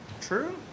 True